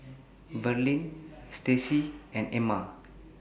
Verlin Stacey and Erna